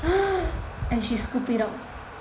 and she scoop it up